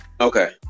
okay